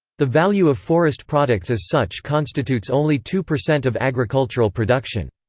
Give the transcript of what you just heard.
the value of forest products as such constitutes only two percent of agricultural production.